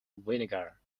vinegar